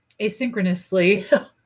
asynchronously